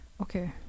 okay